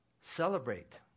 celebrate